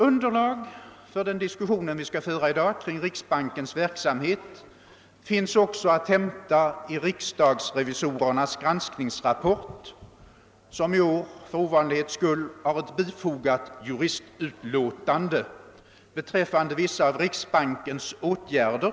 Underlag för den diskussion vi skall föra i dag kring riksbankens verksamhet finns också att hämta i riksdagsrevisorernas granskningsrapport, som i år för ovanlighetens skull har ett bifogat juristutlåtande beträffande vissa av riksbankens åtgärder.